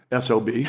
SOB